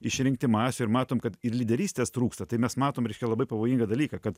išrinkti masių ir matom kad ir lyderystės trūksta tai mes matom reiškia labai pavojingą dalyką kad